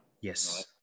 Yes